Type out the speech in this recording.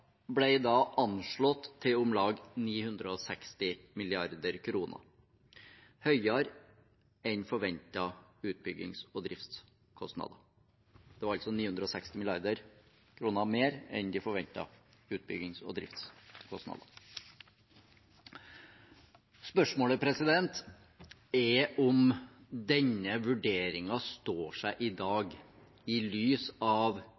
da anslått til å bli om lag 960 mrd. kr høyere enn forventede utbyggings- og driftskostnader – det var altså 960 mrd. kr mer enn de forventede utbyggings- og driftskostnadene. Spørsmålet er om denne vurderingen står seg i dag, i lys av